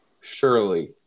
surely